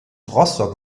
rostock